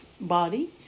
body